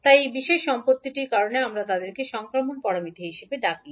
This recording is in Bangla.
তাই এই বিশেষ সম্পত্তিটির কারণে আমরা তাদেরকে সংক্রমণ প্যারামিটার হিসাবে ডাকি